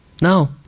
no